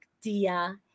Dia